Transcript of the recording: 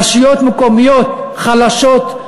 רשויות מקומיות חלשות,